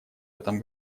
этом